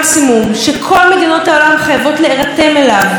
נהיה בפני מצב קטסטרופלי,